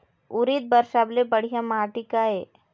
उरीद बर सबले बढ़िया माटी का ये?